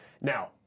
Now